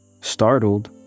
Startled